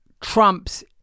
trumps